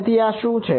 તેથી આ શું છે